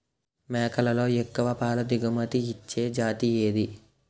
మేకలలో ఎక్కువ పాల దిగుమతి ఇచ్చే జతి ఏది?